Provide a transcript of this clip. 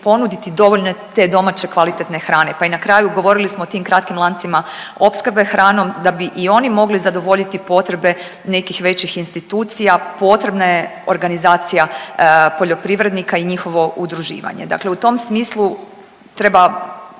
dovoljno te domaće kvalitetne hrane. Pa i na kraju govorili smo o tim kratkim lancima opskrbe hranom da bi i oni mogli zadovoljiti potrebe nekih većih institucija potrebna je organizacija poljoprivrednika i njihovo udruživanje. Dakle, u tom smislu treba